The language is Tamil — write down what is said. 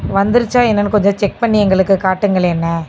வந்துடுச்சா என்னென்னு கொஞ்சம் செக் பண்ணி எங்களுக்கு காட்டுங்களேன்ணே